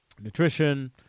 nutrition